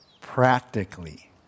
practically